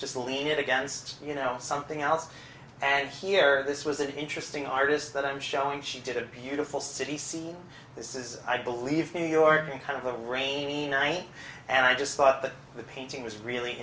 just lean it against you know something else and here this was an interesting artist that i'm showing she did a beautiful city scene this is i believe new york and kind of a rainy night and i just thought that the painting was really